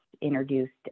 introduced